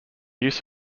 use